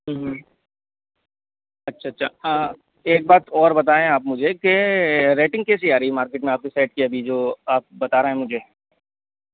अच्छा अच्छा एक बात और बताएं आप मुझे के रेटिंग कैसी आ रही है मार्केट में आपके सेट की अभी जो आप बता रहे हैं मुझे